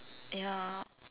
ya